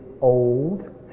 old